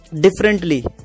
differently